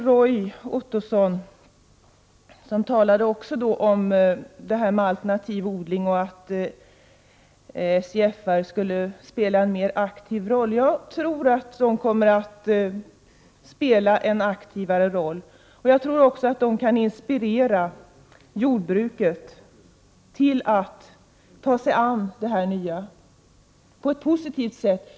Roy Ottosson talade också om alternativ odling och att SJFR skulle spela en mer aktiv roll. Jag tror att de kommer att spela en aktivare roll och att de kan inspirera jordbruket till att ta sig an detta nya på ett positivt sätt.